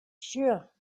sure